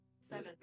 seven